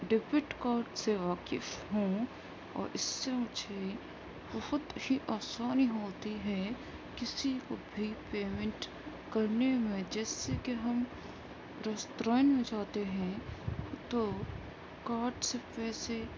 debit card سے واقف ہوں اور اس سے مجھے بہت ہی آسانی ہوتی ہے کسی کو بھی پیمینٹ کرنے میں جیسے کہ ہم ریستورین میں جاتے ہیں تو کارڈ سے پیسے